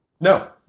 No